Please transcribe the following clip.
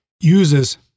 uses